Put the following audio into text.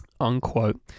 Unquote